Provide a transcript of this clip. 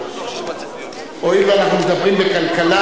הואיל ואנחנו מדברים בכלכלה,